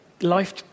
life